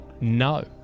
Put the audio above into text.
No